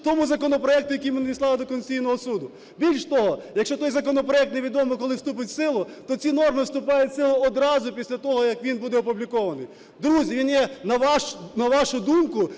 тому законопроекту, який ми надіслали до Конституційного Суду. Більш того, якщо той законопроект невідомо коли вступить в силу, то ці норми вступають в силу одразу після того, як він буде опублікований. Друзі, він є, на вашу думку